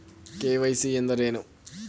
KYC ಎಂದರೇನು?